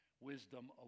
wisdom